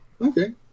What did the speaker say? Okay